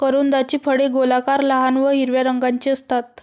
करोंदाची फळे गोलाकार, लहान व हिरव्या रंगाची असतात